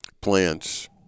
Plants